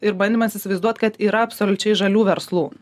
ir bandymas įsivaizduot kad yra absoliučiai žalių verslų